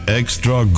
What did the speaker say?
extra